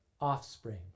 offspring